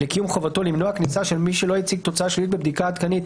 לקיום חובתו למנוע כניסה של מי שלא הציג תוצאה שלילית בבדיקה עדכנית,